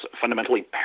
fundamentally